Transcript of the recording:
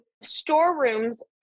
storerooms